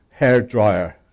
hairdryer